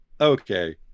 Okay